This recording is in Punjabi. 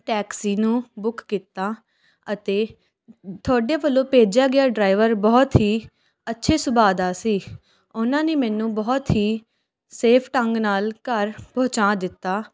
ਟੈਕਸੀ ਨੂੰ ਬੁੱਕ ਕੀਤਾ ਅਤੇ ਤੁਹਾਡੇ ਵੱਲੋਂ ਭੇਜਿਆ ਗਿਆ ਡਰਾਈਵਰ ਬਹੁਤ ਹੀ ਅੱਛੇ ਸੁਭਾਅ ਦਾ ਸੀ ਉਨ੍ਹਾਂ ਨੇ ਮੈਨੂੰ ਬਹੁਤ ਹੀ ਸੇਫ਼ ਢੰਗ ਨਾਲ ਘਰ ਪਹੁੰਚਾ ਦਿੱਤਾ